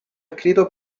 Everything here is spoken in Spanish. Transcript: escrito